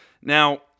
Now